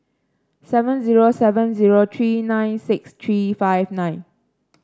seven zero seven zero three nine six three five nine